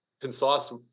concise